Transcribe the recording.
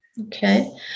Okay